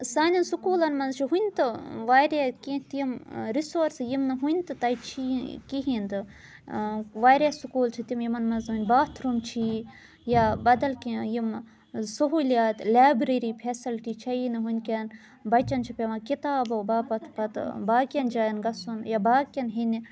سانٮ۪ن سکوٗلَن منٛز چھُ وٕنہِ تہٕ واریاہ کینٛہہ تِم رِسورسہٕ یِم نہٕ وٕنہِ تہٕ تَتہِ چھِ یہِ کِہیٖنۍ تہٕ واریاہ سکوٗل چھِ تِم یِمَن منٛز وَنۍ باتھروٗم چھِ یہِ یا بَدَل کینٛہہ یِم سہوٗلِیات لیبرٔری فیسَلٹی چھےٚ یی نہٕ وٕنکٮ۪ن بَچَن چھُ پٮ۪وان کِتابو باپَتھ پَتہٕ باقٕیَن جایَن گَژھُن یا باقٕیَن ہِنٛدِ